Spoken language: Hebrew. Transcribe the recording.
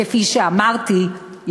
כפי שאמרתי,